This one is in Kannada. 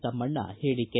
ತಮ್ಮಣ್ಣ ಹೇಳಿಕೆ